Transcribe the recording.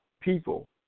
people